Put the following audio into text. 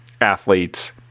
athletes